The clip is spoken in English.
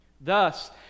Thus